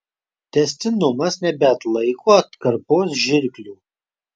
tęstinumas nebeatlaiko atkarpos žirklių